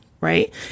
right